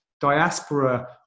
diaspora